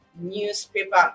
newspaper